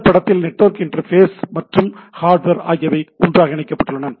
இந்த படத்தில் network interface மற்றும் ஹார்ட்வேர் ஆகியவை ஒன்றாக இணைக்கப்பட்டுள்ளன